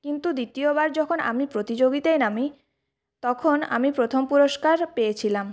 কিন্তু দ্বিতীয়বার যখন আমি প্রতিযোগিতায় নামি তখন আমি প্রথম পুরস্কার পেয়েছিলাম